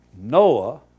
Noah